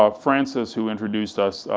ah francis who introduced us,